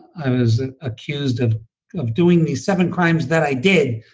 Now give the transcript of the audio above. i was accused of of doing these seven crimes that i did,